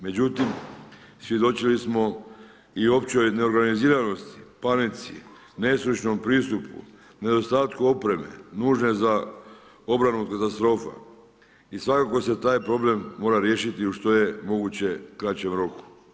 Međutim, svjedočili smo i općoj neorganiziranosti, panici, nestručnom pristupu, nedostatku opreme nužne za obranu katastrofa i svakako se taj problem mora riješiti u što je moguće kraćem roku.